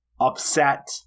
upset